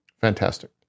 Fantastic